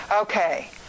Okay